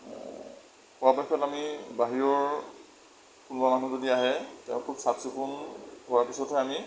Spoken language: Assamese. পৰাপক্ষত আমি বাহিৰৰ কোনোবা মানুহ যদি আহে তেওঁ খুব চাফ চিকুন হোৱাৰ পিছতহে আমি